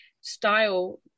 style